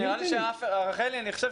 רחלי, בעקרון הם אומרים שהם כן רוצים.